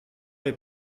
est